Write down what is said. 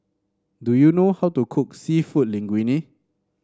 do you know how to cook seafood Linguine